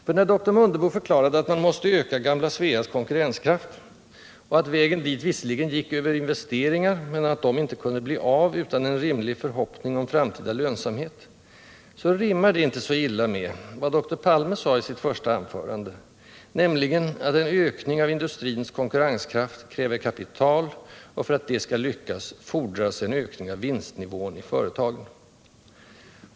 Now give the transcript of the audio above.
För när doktor Mundebo förklarade att man måste öka gamla Sveas konkurrenskraft och att vägen dit visserligen gick över investeringar, men att dessa inte kunde bli av utan en rimlig förhoppning om framtida lönsamhet, så rimmar det inte så illa med vad doktor Palme sade i sitt första anförande, nämligen att en ökning av industrins konkurrenskraft kräver kapital och för att det skall lyckas fordras en ökning av vinstnivån i företagen.